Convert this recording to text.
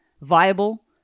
viable